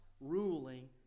ruling